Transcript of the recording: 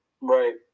Right